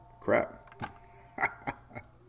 Crap